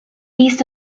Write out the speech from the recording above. east